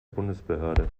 bundesbehörde